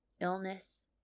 Illness